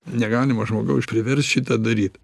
negalima žmogaus priverst šitą daryt